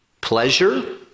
pleasure